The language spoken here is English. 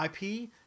IP